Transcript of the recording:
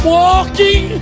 walking